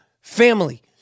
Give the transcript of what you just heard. family